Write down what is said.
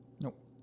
Nope